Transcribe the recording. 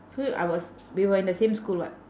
so I was we were in the same school [what]